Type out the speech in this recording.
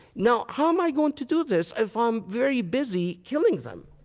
now how am i going to do this if i'm very busy killing them?